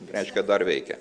reiškia dar veikia